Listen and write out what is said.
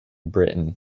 britain